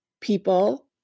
people